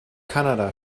kanada